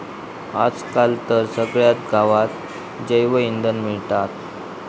आज काल तर सगळ्या गावात जैवइंधन मिळता